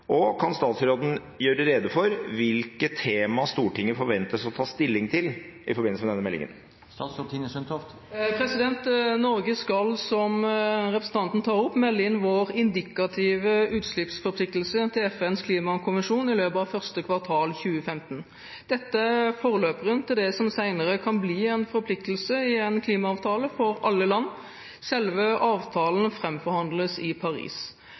og kan statsråden gjøre rede for hvilke tema Stortinget forventes å ta stilling til i forbindelse med meldingen?» Norge skal, som representanten tar opp, melde inn vår indikative utslippsforpliktelse til FNs klimakonvensjon i løpet av første kvartal 2015. Dette er forløperen til det som senere kan bli en forpliktelse i en klimaavtale for alle land. Selve avtalen framforhandles i Paris.